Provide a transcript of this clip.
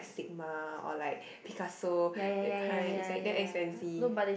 Sigma or like Picasso that kind is like damn expensive